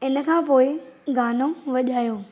इन खां पोइ गानो वॼायो